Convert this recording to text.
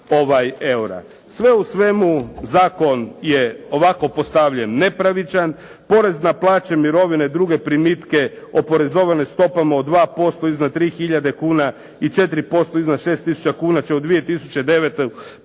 Sve u svemu zakon je ovako postavljen nepravičan. Porez na plaće, mirovine i druge primitke oporezovane stopama od 2% iznad tri tisuće kuna i 4% iznad 6 tisuća kuna će u 2009. proračunu